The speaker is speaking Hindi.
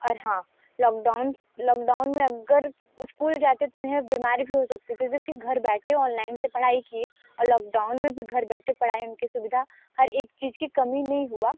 और हाँ लॉकडाउन्स लॉकडाउन में अगर स्कूल जाते तो उन्हें बीमारी भी हो सकती थी जब कि घर बैठे ऑनलाइन से पढ़ाई किए और लॉकडाउन में भी घर बैठे पढ़ाई उनके सुविधा हर एक चीज की कमी नहीं हुआ